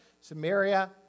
Samaria